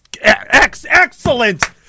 excellent